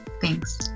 Thanks